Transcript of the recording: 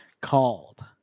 called